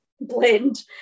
blend